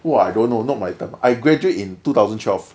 !wah! I don't know not my time I graduate in two thousand twelve